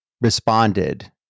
responded